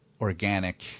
organic